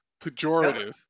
pejorative